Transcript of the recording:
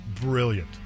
brilliant